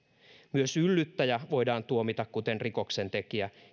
myös yllyttäjä voidaan tuomita kuten rikoksentekijä